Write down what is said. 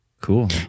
Cool